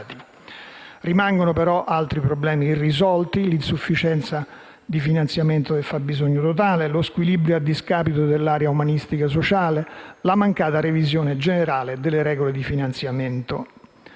Rimangono però altri problemi irrisolti: l'insufficiente finanziamento del fabbisogno totale, lo squilibrio a discapito dell'area umanistica - sociale, la mancata revisione generale delle regole di finanziamento